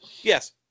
yes